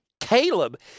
Caleb